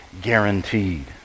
guaranteed